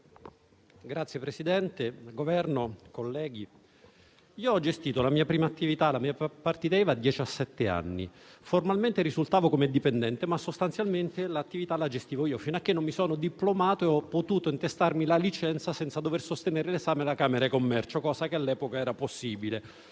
Governo, onorevoli colleghi, ho gestito la mia prima attività di partita IVA a diciassette anni. Formalmente risultavo dipendente, ma sostanzialmente gestivo io l'attività, fino a che non mi sono diplomato e ho potuto intestarmi la licenza senza dover sostenere l'esame alla Camera di commercio (cosa che all'epoca era possibile).